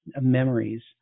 memories